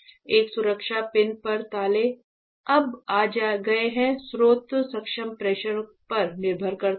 एक सुरक्षा पिन पर ताले अब आ गए हैं स्रोत सक्षम प्रेशर पर निर्भर करता है